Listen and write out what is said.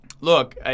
look